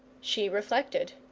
she reflected.